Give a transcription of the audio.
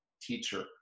teacher